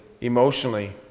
emotionally